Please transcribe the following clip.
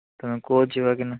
ତୁମେ କୁହ ଯିବା କି ନା